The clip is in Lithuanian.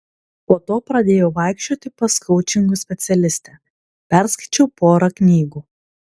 po to pradėjau vaikščioti pas koučingo specialistę perskaičiau porą knygų